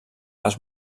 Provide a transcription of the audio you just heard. les